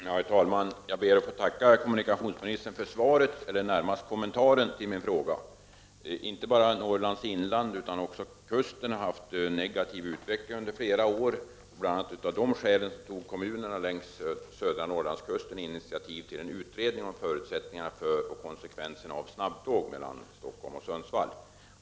Herr talman! Jag ber att få tacka kommunikationsministern för svaret eller närmast för kommentaren till min fråga. Inte bara Norrlands inland utan också kusten har haft negativ utveckling under flera år, och bl.a. av det skälet tog kommunerna längs södra Norrlandskusten initiativ till en utredning om förutsättningarna för och konsekvenserna av snabbtåg mellan Stockholm och Sundsvall.